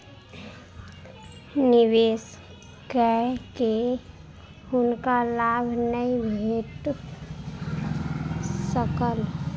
निवेश कय के हुनका लाभ नै भेट सकल